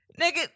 Nigga